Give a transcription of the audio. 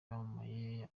wamamaye